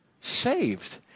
saved